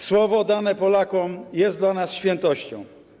Słowo dane Polakom jest dla nas świętością.